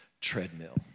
treadmill